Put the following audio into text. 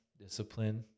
discipline